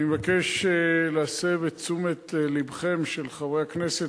אני מבקש להסב את תשומת לבם של חברי הכנסת,